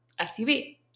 SUV